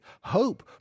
Hope